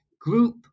group